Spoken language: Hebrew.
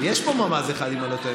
יש פה ממ"ז אחד, אם אני לא טועה.